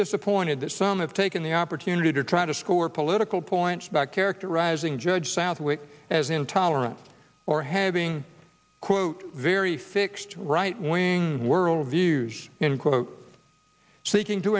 disappointed that some have taken the opportunity to try to score political points about characterizing judge southwick as intolerant or having quote very fixed right wing world views in quote seeking to